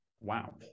Wow